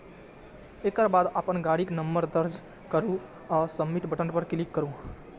एकर बाद अपन गाड़ीक नंबर दर्ज करू आ सबमिट पर क्लिक करू